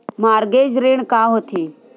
Mortgage ऋण का होथे?